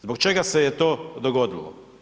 Zbog čega se je to dogodilo?